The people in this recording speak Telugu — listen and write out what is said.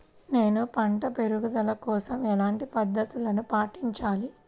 నేను పంట పెరుగుదల కోసం ఎలాంటి పద్దతులను పాటించాలి?